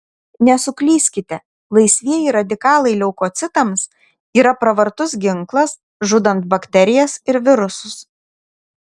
nesuklyskite laisvieji radikalai leukocitams yra pravartus ginklas žudant bakterijas ir virusus